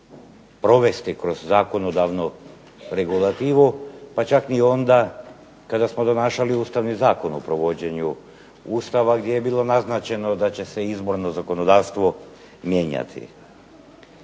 provesti kroz zakonodavnu regulativu pa čak ni onda kada smo donašali Ustavni zakon o donašanju Ustava gdje je bilo naznačeno da će se izborno zakonodavstvo mijenjati.